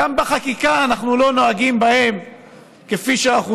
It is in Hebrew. גם בחקיקה אנחנו לא נוהגים בהן כפי שאנחנו